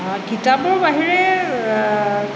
কিতাপৰ বাহিৰে